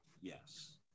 Yes